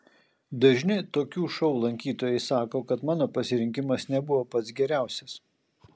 dažni tokių šou lankytojai sako kad mano pasirinkimas nebuvo pats geriausias